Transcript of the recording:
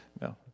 No